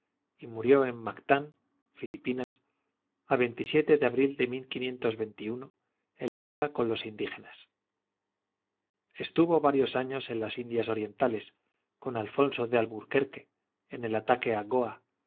y murió en mactán filipinas a de abril de en lucha con los indígenas estuvo varios años en las indias orientales con alfonso de alburquerque en el ataque a